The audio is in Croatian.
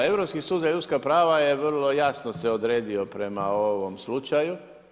Europski sud za ljudska prava je vrlo jasno se odredio prema ovom slučaju.